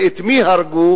ואת מי הרגו,